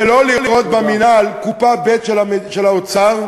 ולא לראות במינהל קופה ב' של האוצר,